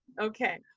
Okay